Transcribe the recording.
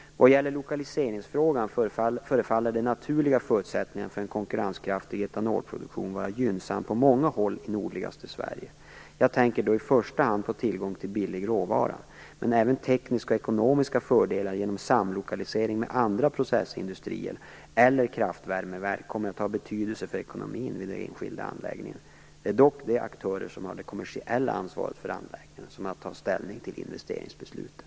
Vad gäller lokaliseringsfrågan förefaller de naturliga förutsättningarna för en konkurrenskraftig etanolproduktion vara gynnsamma på många håll i nordligaste Sverige. Jag tänker då i första hand på tillgången till billig råvara. Men även tekniska och ekonomiska fördelar genom samlokalisering med andra processindustrier eller kraftvärmeverk kommer att ha betydelse för ekonomin vid den enskilda anläggningen. Det är dock de aktörer som har det kommersiella ansvaret för anläggningarna som har att ta ställning till investeringsbesluten.